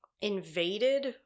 invaded